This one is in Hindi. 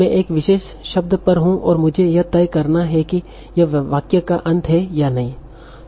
मैं एक विशेष शब्द पर हूं और मुझे यह तय करना है कि यह वाक्य का अंत है या नहीं